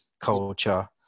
culture